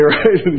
right